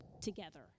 together